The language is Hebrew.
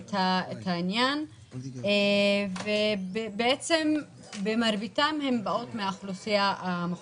את העניין ובעצם מרביתן באות מהאוכלוסייה המוחלשת.